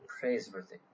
praiseworthy